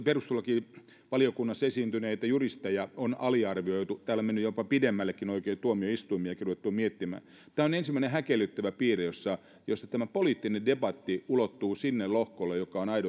perustuslakivaliokunnassa esiintyneitä juristeja on aliarvioitu täällä on mennyt jopa pidemmälle oikein tuomioistuimiakin on ruvettu jo miettimään tämä on ensimmäinen häkellyttävä piirre että tämä poliittinen debatti ulottuu sinne lohkolle joka on